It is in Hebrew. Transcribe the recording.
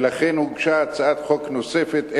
ולכן הוגשה הצעת חוק נוספת,